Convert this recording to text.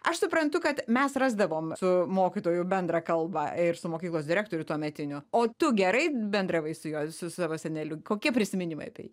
aš suprantu kad mes rasdavom su mokytoju bendrą kalbą ir su mokyklos direktoriu tuometiniu o tu gerai bendravai su juo su savo seneliu kokie prisiminimai apie jį